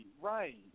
Right